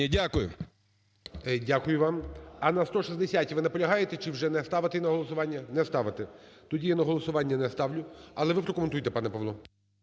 Дякую вам. А на 160-й ви наполягаєте, чи вже не ставити на голосування? Не ставити. Тоді я на голосування не ставлю. Але ви прокоментуйте, пане Павло.